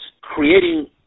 creating